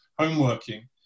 homeworking